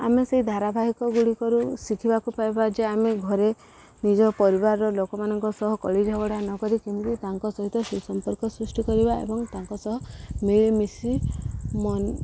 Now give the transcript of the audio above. ଆମେ ସେଇ ଧାରାବାହିକଗୁଡ଼ିକରୁ ଶିଖିବାକୁ ପାଇବା ଯେ ଆମେ ଘରେ ନିଜ ପରିବାରର ଲୋକମାନଙ୍କ ସହ କଳି ଝଗଡ଼ା ନକରି କେମିତି ତାଙ୍କ ସହିତ ସୁସମ୍ପର୍କ ସୃଷ୍ଟି କରିବା ଏବଂ ତାଙ୍କ ସହ ମିଳିମିଶି ମନ